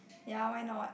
ya why not